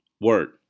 word